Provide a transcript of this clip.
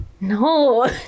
No